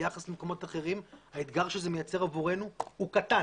ביחס למקומות אחרים האתגר שזה מייצר עבורנו הוא קטן,